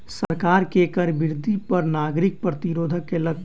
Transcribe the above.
सरकार के कर वृद्धि पर नागरिक प्रतिरोध केलक